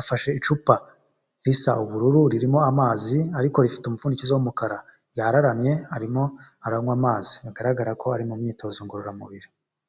afashe icupa risa ubururu, ririmo amazi, ariko rifite umupfundikizo w'umukara yararamye arimo aranywa amazi, bigaragara ko ari mu myitozo ngororamubiri.